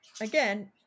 again